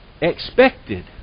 expected